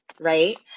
right